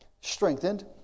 strengthened